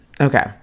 Okay